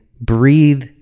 breathe